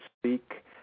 speak